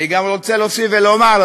אני גם רוצה להוסיף ולומר,